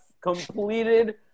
completed